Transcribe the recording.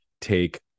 take